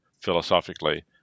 philosophically